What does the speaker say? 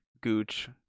gooch